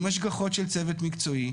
עם השגחות של צוות מקצועי,